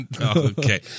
Okay